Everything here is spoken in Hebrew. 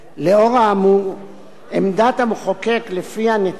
עמדת המחוקק שלפיה נטילת אמצעי זיהוי מחשוד